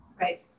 Right